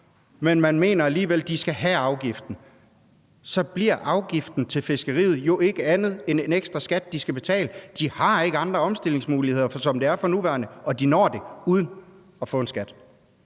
Men man mener alligevel, at de skal have afgiften. Så bliver afgiften til fiskeriet jo ikke andet end en ekstra skat, de skal betale. De har ikke andre opstillingsmuligheder, som det er for nuværende, og de når det uden at få en skat.